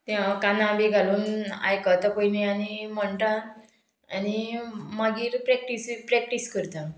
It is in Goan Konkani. तें हांव काना बी घालून आयकता पयलीं आनी म्हणटा आनी मागीर प्रॅक्टीसूय प्रॅक्टीस करता